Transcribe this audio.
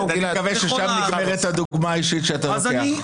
מקווה ששם נגמרת הדוגמה האישית שאתה לוקח...